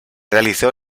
realizó